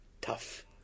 tough